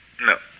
No